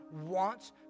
wants